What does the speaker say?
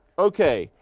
okay,